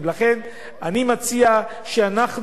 לכן אני מציע שאנחנו,